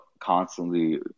Constantly